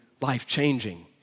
life-changing